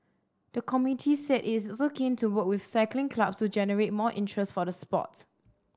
the committee said it also keen to work with cycling clubs to generate more interest for the sport